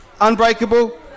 Unbreakable